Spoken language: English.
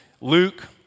Luke